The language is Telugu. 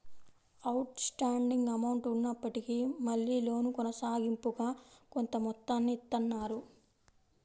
అవుట్ స్టాండింగ్ అమౌంట్ ఉన్నప్పటికీ మళ్ళీ లోను కొనసాగింపుగా కొంత మొత్తాన్ని ఇత్తన్నారు